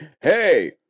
hey